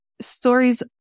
stories